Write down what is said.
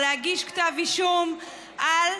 להגיש כתב אישום על,